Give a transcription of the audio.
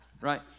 right